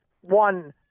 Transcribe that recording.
one